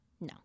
no